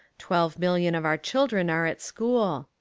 twelve million of our children are at school.